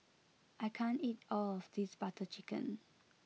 I can't eat all of this Butter Chicken